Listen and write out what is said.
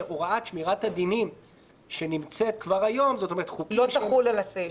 שהוראת שמירת הדינים שנמצאת כבר היום --- לא תחול על הסעיף.